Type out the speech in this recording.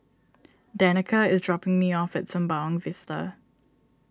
Danica is dropping me off at Sembawang Vista